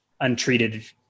untreated